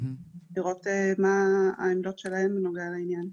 לראות מה העמדות שלהם בנוגע לעניין.